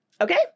Okay